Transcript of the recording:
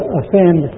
offend